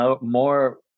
more